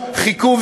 חיכו,